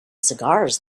cigars